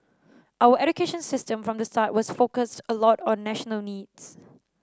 our education system from the start was focused a lot on national needs